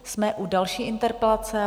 Jsme u další interpelace.